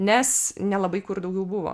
nes nelabai kur daugiau buvo